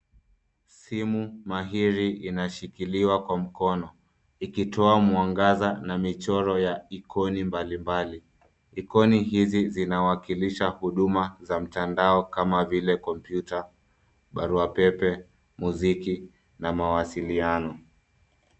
Simu mahiri inashikiliwa kwa mkono, ikitoa mwangaza na michoro ya ikoni mbalimbali. Ikoni hizi zinawakilisha huduma za mtandao, kama vile kompyuta, barua pepe, muziki, na mawasiliano.